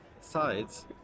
sides